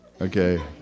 Okay